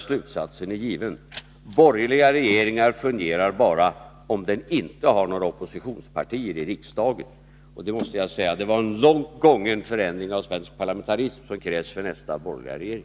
Slutsatsen är given: borgerliga regeringar fungerar bara om de inte har några oppositionspartier i riksdagen. Jag måste säga att det är en långt gången förändring av svensk parlamentarism som krävs för nästa borgerliga regering.